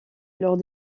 lors